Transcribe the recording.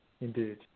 Indeed